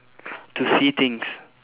to see things